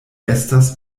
estas